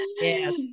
Yes